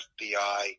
FBI